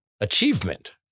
achievement